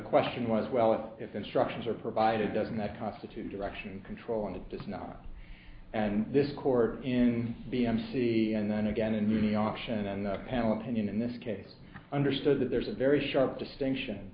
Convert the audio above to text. question was well if if instructions are provided doesn't that constitute direction control and it does not and this court in the mc and then again in the option and panel opinion in this case understood that there's a very sharp distinction